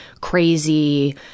crazy